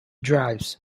drives